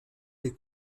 des